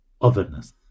otherness